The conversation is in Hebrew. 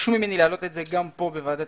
וביקשו ממני להעלות את זה גם פה בוועדת